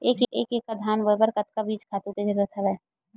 एक एकड़ धान बोय बर कतका बीज खातु के जरूरत हवय?